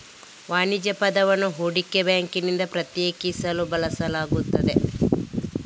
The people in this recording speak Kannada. ವಾಣಿಜ್ಯ ಪದವನ್ನು ಹೂಡಿಕೆ ಬ್ಯಾಂಕಿನಿಂದ ಪ್ರತ್ಯೇಕಿಸಲು ಬಳಸಲಾಗುತ್ತದೆ